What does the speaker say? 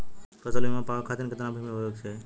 फ़सल बीमा पावे खाती कितना भूमि होवे के चाही?